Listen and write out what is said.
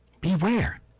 beware